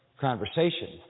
conversation